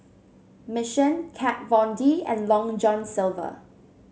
Mission Kat Von D and Long John Silver